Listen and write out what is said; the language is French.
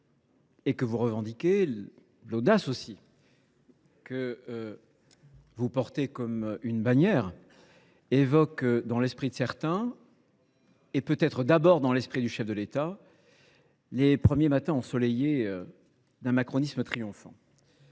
et que vous revendiquez, l’audace que vous brandissez comme une bannière évoquent dans l’esprit de certains, et peut être d’abord dans celui du Chef de l’État, les premiers matins ensoleillés d’un macronisme triomphant,